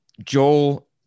Joel